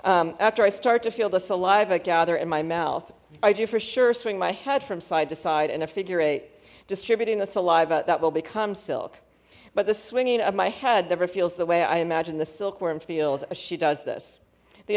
after i start to feel the saliva gather in my mouth i do for sure swing my head from side to side and a figure eight distributing the saliva that will become silk but the swinging of my head never feels the way i imagined the silkworm feels she does this the